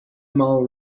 mile